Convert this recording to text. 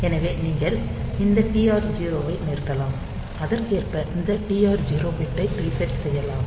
எனவே நீங்கள் இந்த TR0 ஐ நிறுத்தலாம் அதற்கேற்ப இந்த TR0 பிட்டை ரீசெட் செய்யலாம்